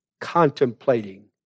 contemplating